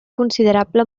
considerable